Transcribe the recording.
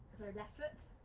so left foot,